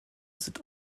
sind